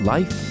Life